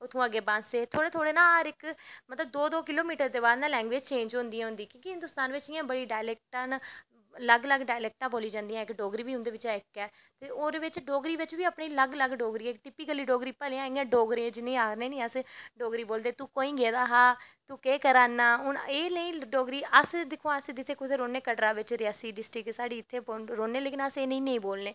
उत्थमां दा अग्गैं बांसै थोह्ड़े थोह्ड़े ना अग्गैं मतलव दो दो किलो मीटर दै बाद लैंगवेज चेंज होंदी गै होंदी कि हिन्दोस्तान न बड़ी डायलैक्टां न अलग अलग डायलैक्टां बोलियां जंदियां डोगरी बी उंदे बिच्चा दा इक ऐ तेओह्दे बिच्च डोगरी बिच्च बी अलग अलग डोगरी ऐ इक टिपिकली डोगरी जिनेगी डोगरी आखने नी अस डोगरी बोलदे चूं कोआहीं गेदा हा हून एह् जेही डोगरी हून अस दिक्खो हां अस कुत्थें रौह्ने कटरा बिच्च रियासी डिस्चिक साढ़ी रौह्ने लेकिन अस एह् जेही नेईं बोलने